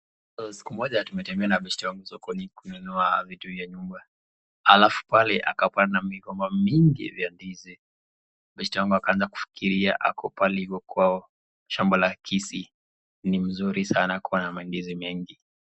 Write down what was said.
Siku moja tumetembea na beshte wangu sokoni kununua vitu vya nyumba alafu pale akapanda migomba mingi vya ndizi. Beshte yangu akaaza kufikiria ako pale hivo kwao, shamba la Kisii ni mzuri sana kuwa na mandizi mengi.